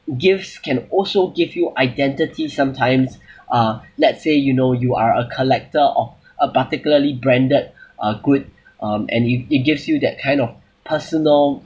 gifts can also give you identity sometimes uh let's say you know you are a collector of a particularly branded uh good um and it it gives you that kind of personal